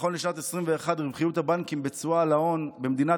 נכון לשנת 2021 רווחיות הבנקים בתשואה על ההון במדינת